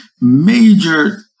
major